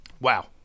Wow